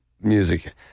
music